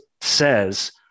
says